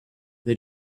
they